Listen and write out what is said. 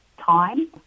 time